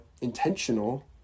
intentional